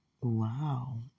Wow